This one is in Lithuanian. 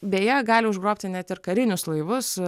beje gali užgrobti net ir karinius laivus